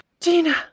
Gina